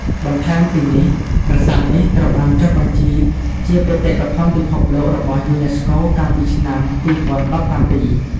បន្ថែមពីនេះ ប្រាសាទនេះត្រូវបានចុះបញ្ជីជា បេតិកភណ្ឌពិភពលោករបស់យូណេស្កូ កាលពីឆ្នាំ ២០១៧។